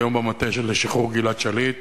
והיום במטה לשחרור גלעד שליט.